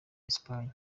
esipanye